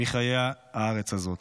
מחיי הארץ הזאת.